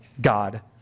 God